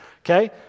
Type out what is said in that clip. okay